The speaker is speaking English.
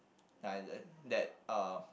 that uh